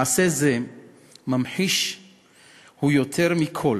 מעשה זה ממחיש הוא יותר מכול